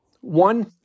One